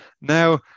Now